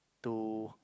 to